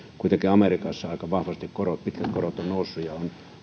kuitenkin amerikassa aika vahvasti korot pitkät korot ovat nousseet ja on